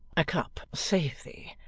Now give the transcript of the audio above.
a cup, save thee,